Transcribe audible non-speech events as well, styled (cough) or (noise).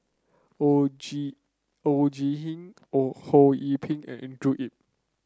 Oon Jin Oon Jin (unintelligible) Oon Ho Yee Ping and Andrew Yip